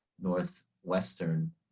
northwestern